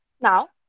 now